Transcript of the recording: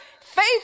faith